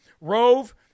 Rove